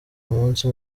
umunsi